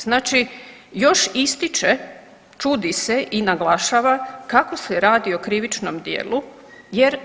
Znači još ističe čudi se i naglašava kako se radi o krivičnom djelu jer